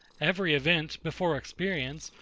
every event, before experience,